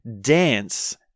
dance